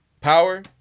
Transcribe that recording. Power